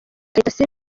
yanditse